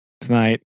tonight